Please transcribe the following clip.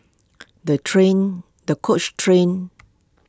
the train the coach trained